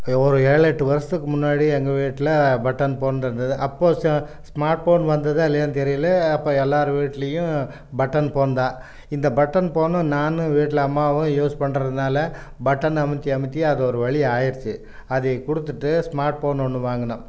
ஒரு ஏழு எட்டு வருஷத்துக்கு முன்னாடி எங்கள் வீட்டில் பட்டன் போன் தான் இருந்தது அப்போது ஸ்மார்ட் போன் வந்ததா இல்லையானு தெரியலை அப்போது எல்லார் வீட்டிலையும் பட்டன் போன் தான் இந்த பட்டன் போனு நான் வீட்டில் அம்மாவும் யூஸ் பண்ணுறதுனால பட்டன் அழுத்தி அழுத்தி அது ஒரு வழி ஆயிடுச்சு அதே கொடுத்துட்டு ஸ்மார்ட் போன் ஒன்று வாங்கினோம்